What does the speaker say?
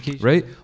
Right